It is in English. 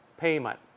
payment